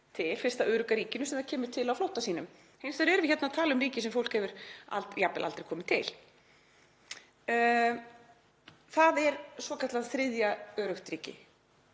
í fyrsta örugga ríkinu sem það kemur til á flótta sínum. Hins vegar erum hérna við að tala um ríki sem fólk hefur jafnvel aldrei komið til, þ.e. svokallað „þriðja öruggt ríki“,